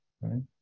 right